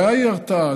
הבעיה היא הרתעה.